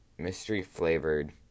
Mystery-flavored